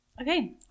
Okay